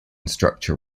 structure